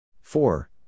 Four